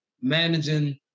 managing